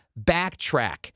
backtrack